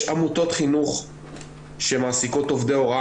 יש עמותות חינוך שמעסיקות עובדי הוראה.